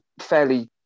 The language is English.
fairly